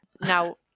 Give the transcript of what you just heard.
now